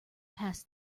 pass